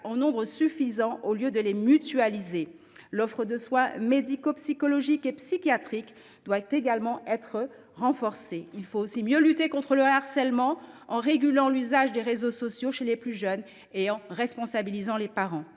en nombre suffisant au lieu de mutualiser ces professionnels. L’offre de soins médico psychologiques et psychiatriques doit également être renforcée. Il faut en outre mieux lutter contre le harcèlement, en régulant l’usage des réseaux sociaux chez les plus jeunes et en responsabilisant les parents.